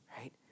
right